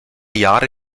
jahre